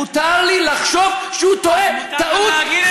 מותר לי לחשוב שהוא טועה, מותר גם להגיד את זה.